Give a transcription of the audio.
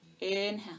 Inhale